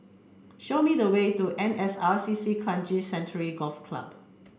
show me the way to N S R C C Kranji Sanctuary Golf Club